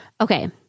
okay